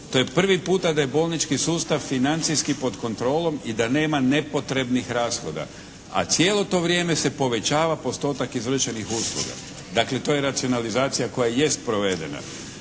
To je prvi puta da je bolnički sustav financijski pod kontrolom i da nema nepotrebnih rashoda, a cijelo to vrijeme se povećava postotak izvršenih usluga. Dakle, to je racionalizacija koja jest provedena.